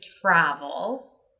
travel